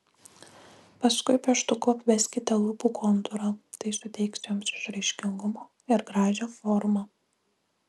paskui pieštuku apveskite lūpų kontūrą tai suteiks joms išraiškingumo ir gražią formą